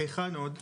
היכן עוד?